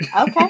Okay